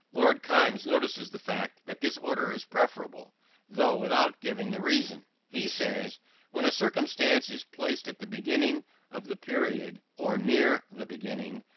lord kaimes notices the fact that this order is preferable though without giving the reason. he says when a circumstance is placed at the beginning of the period, or near the beginning,